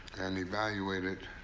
and evaluated